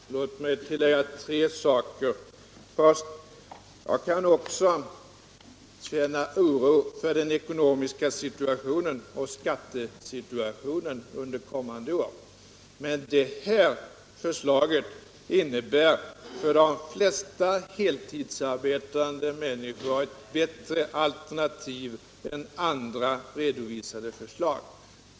Herr talman! Låt mig tillägga tre saker. För det första kan jag också känna oro för den ekonomiska situationen och för skattesituationen under kommande år. Men det här förslaget innebär för de flesta heltidsarbetande människor ett bättre alternativ än andra redovisade förslag.